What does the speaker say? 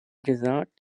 gesagt